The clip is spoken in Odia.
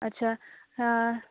ଆଚ୍ଛା